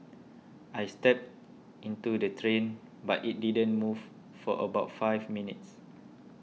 I stepped into the strain but it didn't move for about five minutes